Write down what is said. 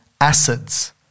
acids